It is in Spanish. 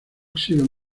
óxido